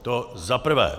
To zaprvé.